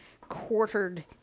quartered